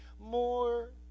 more